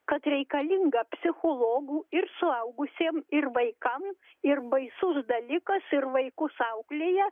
kad reikalinga psichologų ir suaugusiem ir vaikam ir baisus dalykas ir vaikus auklėja